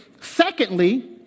secondly